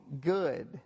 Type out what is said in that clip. good